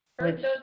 right